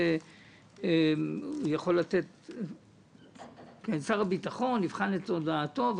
"שר הביטחון יבחן את הודעתו..."